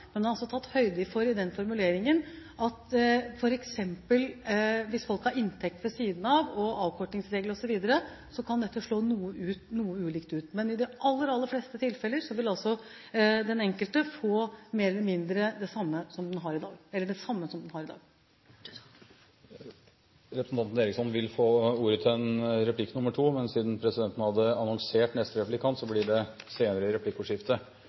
men det er i den formuleringen også tatt høyde for, hvis folk har inntekt ved siden av, avkortingsregler, osv., at dette kan slå noe ulikt ut. Men i de aller fleste tilfeller vil den enkelte få mer eller mindre det samme som man har i dag. Representanten Eriksson vil få ordet til en replikk nr. to, men siden presidenten hadde annonsert neste replikant, blir det senere i replikkordskiftet.